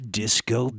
disco